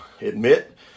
admit